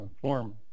form